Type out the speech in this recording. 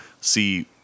see